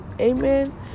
Amen